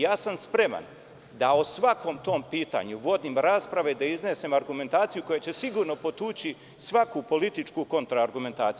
Ja sam spreman da o svakom tom pitanju vodim rasprave, da iznesem argumentaciju koja će sigurno potući svaku političku kontraargumentaciju.